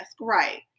right